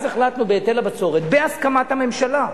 אז החלטנו בהיטל הבצורת, בהסכמת הממשלה,